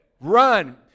Run